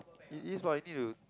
it is what you need to